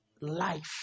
life